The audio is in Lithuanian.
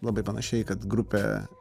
labai panašiai kad grupė